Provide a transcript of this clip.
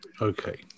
Okay